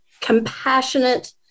compassionate